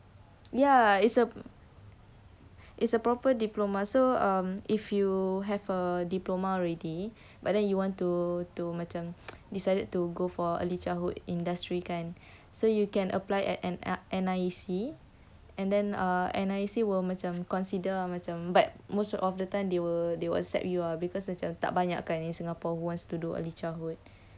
ya it's a it's a proper diploma so um if you have a diploma already but then you want to to macam decided to go for early childhood industry kan so you can apply at an at N_I_E_C and then err and N_I_E_C will consider ah macam but most of the time they will they will accept you ah because macam tak banyak in singapore wants to do early childhood